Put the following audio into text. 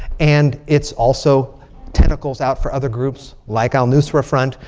and it's also tentacles out for other groups, like al news forefront.